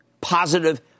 positive